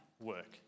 work